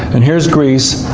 and here's greece.